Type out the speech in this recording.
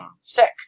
sick